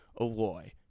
Aloy